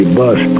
bus